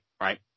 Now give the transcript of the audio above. right